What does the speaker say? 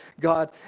God